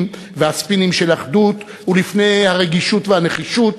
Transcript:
והספינים של אחדות ולפני הרגישות והנחישות,